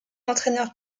entraîneur